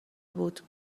بود